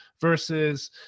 versus